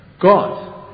God